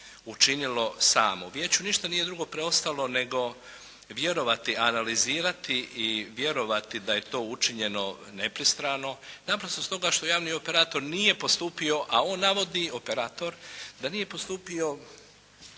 učinilo samo. Vijeću ništa nije drugo preostalo nego analizirati i vjerovati da je to učinjeno nepristrano naprosto stoga što javni operator nije postupio a on navodi, operator, da nije postupio